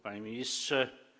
Panie Ministrze!